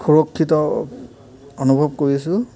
সুৰক্ষিত অনুভৱ কৰিছোঁ